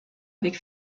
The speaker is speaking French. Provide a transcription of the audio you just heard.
avec